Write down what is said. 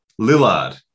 Lillard